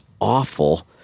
awful